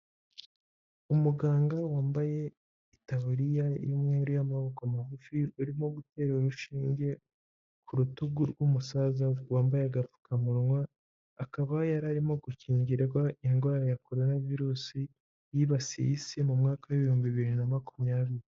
Umuganga wambaye itaburiya y'umweru y'amaboko magufi, urimo gutera urushinge ku rutugu rw'umusaza wambaye agapfukamunwa, akaba yari arimo gukingirwa indwara ya korona virusi, yibasiye isi mu mwaka w'ibihumbi bibiri na makumyabiri.